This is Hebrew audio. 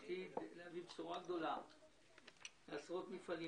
עתיד להביא בשורה גדולה לעשרות מפעלים,